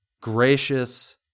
gracious